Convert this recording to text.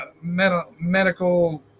medical